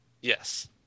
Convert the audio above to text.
Yes